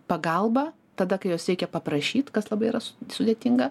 pagalba tada kai jos reikia paprašyt kas labai yra su sudėtinga